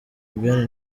ben